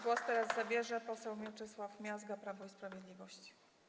Głos teraz zabierze poseł Mieczysław Miazga, Prawo i Sprawiedliwość.